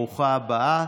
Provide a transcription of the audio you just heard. ברוכה הבאה.